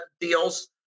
deals